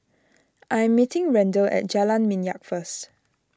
I am meeting Randel at Jalan Minyak first